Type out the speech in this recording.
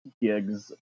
gigs